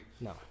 No